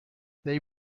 they